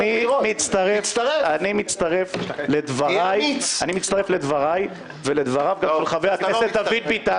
אני מצטרף לדברי ולדבריו של חבר הכנסת דוד ביטן